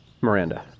Miranda